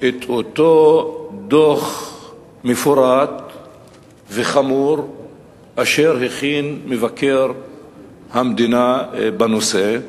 את אותו דוח מפורט וחמור אשר הכין מבקר המדינה בנושא,